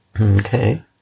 Okay